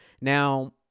Now